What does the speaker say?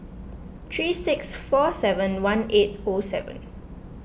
three six four seven one eight O seven